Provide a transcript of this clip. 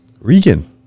Regan